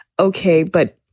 ok. but